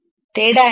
తేడా ఏమిటి